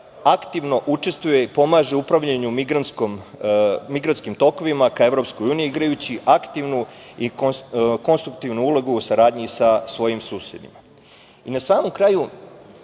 aktivno učestvuje i pomaže u upravljanju migrantskim tokovima ka EU, igrajući aktivnu i konstruktivnu ulogu u saradnji sa svojim susedima. Na samom kraju,